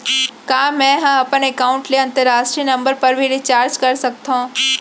का मै ह अपन एकाउंट ले अंतरराष्ट्रीय नंबर पर भी रिचार्ज कर सकथो